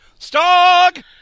Stog